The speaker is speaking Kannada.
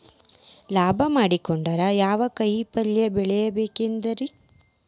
ಲಾಭ ಮಾಡಕೊಂಡ್ರ ಯಾವ ಕಾಯಿಪಲ್ಯ ಬೆಳಿಬೇಕ್ರೇ?